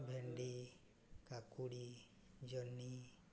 ଭେଣ୍ଡି କାକୁଡ଼ି ଜହ୍ନି